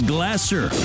Glasser